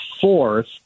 fourth